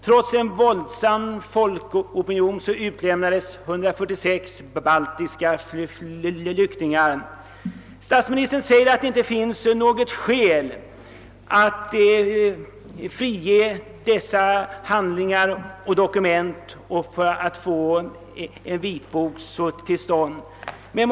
Trots en våldsam folkopinion utlämnades 146 baltiska flyktingar. Statsministern anser att det inte finns något skäl att frisläppa handlingar och dokument för att få till stånd en vitbok.